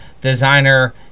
designer